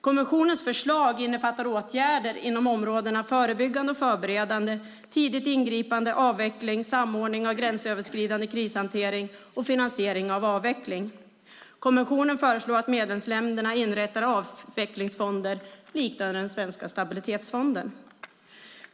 Kommissionens förslag innefattar åtgärder inom områdena förebyggande och förberedande, tidigt ingripande, avveckling, samordning av gränsöverskridande krishantering och finansiering av avveckling. Kommissionen föreslår att medlemsländerna inrättar avvecklingsfonder liknande den svenska stabilitetsfonden.